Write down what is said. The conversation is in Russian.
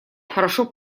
хорошо